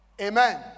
Amen